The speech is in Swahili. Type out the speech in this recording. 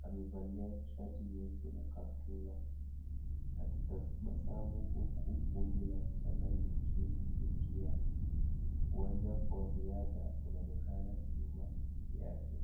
Amevalia shati nyeusi na kaptura akitabasamu huku vumbi la mchanga likimrukia. Uwanja wa riadha unaonekana nyuma yake.